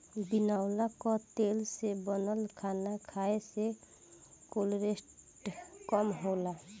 बिनौला कअ तेल से बनल खाना खाए से कोलेस्ट्राल कम होला